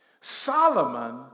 Solomon